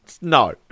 No